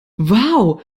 wow